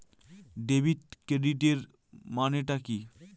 Debit ক্রেডিটের মানে টা কি?